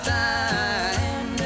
time